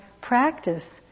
practice